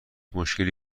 مشکلی